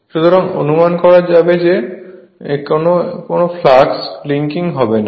সুতরাং অনুমান করা হবে যে এখানে কোন ফ্লাক্স লিঙ্কিং হবে না